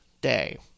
day